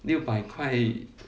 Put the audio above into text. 六百块